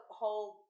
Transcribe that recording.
whole